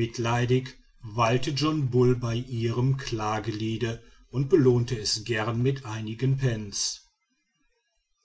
mitleidig weilte john bull bei ihrem klageliede und belohnte es gern mit einigen pence